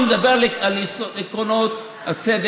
אני מדבר על עקרונות הצדק,